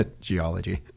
geology